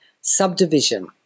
subdivision